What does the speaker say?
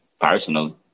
Personally